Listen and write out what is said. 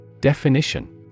Definition